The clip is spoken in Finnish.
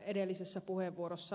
edellisessä puheenvuorossa ed